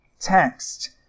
text